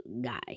guy